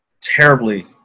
terribly